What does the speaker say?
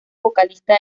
vocalista